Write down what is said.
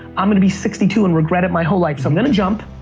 i'm gonna be sixty two and regret it my whole life. so i'm gonna jump,